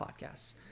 podcasts